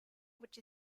which